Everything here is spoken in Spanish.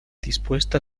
dispuesta